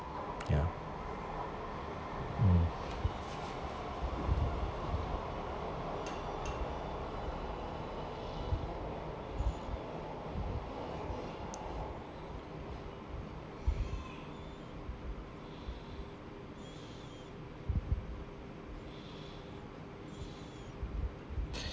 ya mm